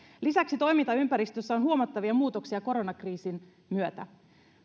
lisäksi toimintaympäristössä on huomattavia muutoksia koronakriisin myötä